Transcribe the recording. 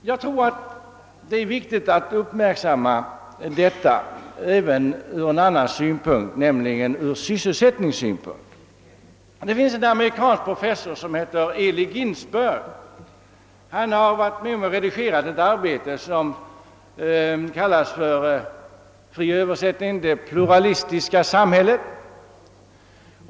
Jag tror att det är viktigt att uppmärksamma detta även från en annan synpunkt, nämligen från sysselsättningssynpunkt. Det finns en amerikansk professor som heter Eli Ginzberg. Han har varit med om att redigera ett arbete som i fri översättning kan kallas »Det pluralistiska samhället».